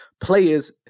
players